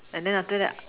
and then after that I